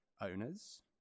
owners